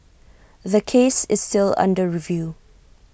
the case is still under review